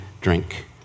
drink